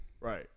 Right